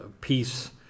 peace